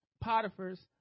Potiphar's